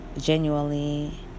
genuinely